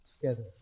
together